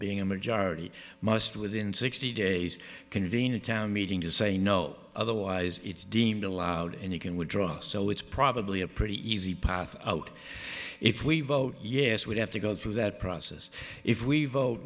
being a majority must within sixty days convene a town meeting to say no otherwise it's deemed allowed and you can withdraw so it's probably a pretty easy path out if we vote yes we have to go through that process if we vote